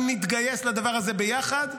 אם נתגייס לדבר הזה ביחד,